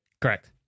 correct